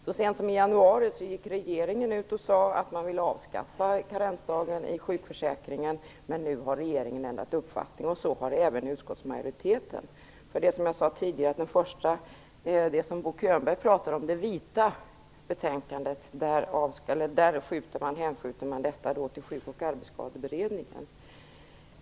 Så sent som i januari gick regeringen ut och sade att man ville avskaffa karensdagen i sjukförsäkringen, men nu har regeringen ändrat uppfattning, och så har även utskottsmajoriteten. Bo Könberg nämnde det vita betänkandet, där man hänskjuter den här frågan till Sjuk och arbetsskadeberedningen.